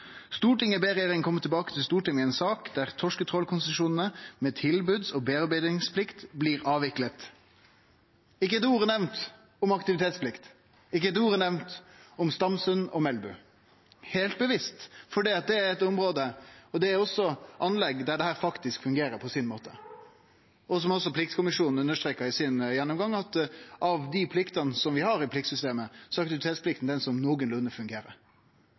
ber regjeringen komme tilbake til Stortinget med en sak der torsketrålkonsesjonene med tilbuds- og bearbeidingsplikt blir avviklet». Ikkje eit ord er nemnt om aktivitetsplikt. Ikkje eit ord er nemnt om Stamsund og Melbu. Det er heilt bevisst, for det er eit område – og anlegg – der dette faktisk fungerer på sin måte. Også pliktkommisjonen understreka i gjennomgangen sin at av dei pliktene vi har i pliktsystemet, er det aktivitetsplikta som